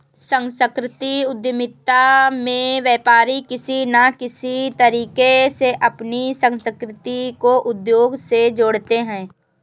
सांस्कृतिक उद्यमिता में व्यापारी किसी न किसी तरीके से अपनी संस्कृति को उद्योग से जोड़ते हैं